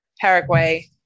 Paraguay